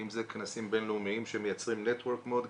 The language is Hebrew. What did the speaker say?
ואם זה כנסים בינלאומיים שמייצרים network מאוד גדול.